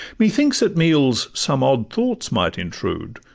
methinks at meals some odd thoughts might intrude,